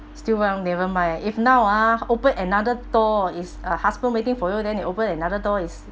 still never mind if now ah open another door is uh husband waiting for you then they open another door is